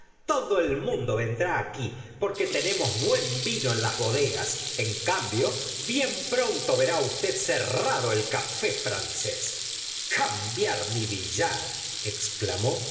todo el mundo vendrá aquí porque tenemos buen vino en las bodegas en cambio bien pronto verá usted cerrado el café francés cambiar mi billar exclamó